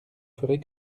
ferez